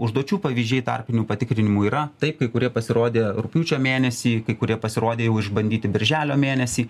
užduočių pavyzdžiai tarpinių patikrinimų yra taip kai kurie pasirodė rugpjūčio mėnesį kai kurie pasirodė jau išbandyti birželio mėnesį